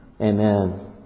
Amen